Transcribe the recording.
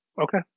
Okay